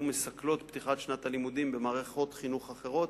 מסכלות את פתיחת שנת הלימודים במערכות חינוך אחרות.